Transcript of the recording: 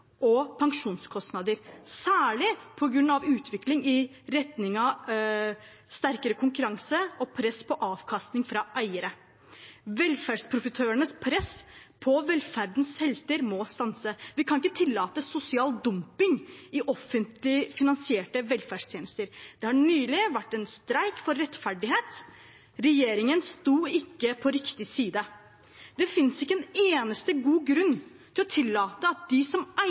og pensjonskostnader, særlig på grunn av utvikling i retning av sterkere konkurranse og press på avkastning fra eiere. Velferdsprofitørenes press på velferdens helter må stanse. Vi kan ikke tillate sosial dumping i offentlig finansierte velferdstjenester. Det har nylig vært en streik for rettferdighet. Regjeringen sto ikke på riktig side. Det fins ikke en eneste god grunn til å tillate at de som eier